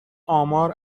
آمار